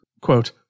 quote